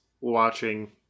watching